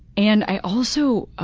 and i also ah